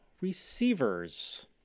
receivers